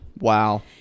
Wow